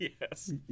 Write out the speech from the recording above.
Yes